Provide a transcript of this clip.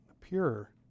pure